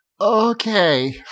Okay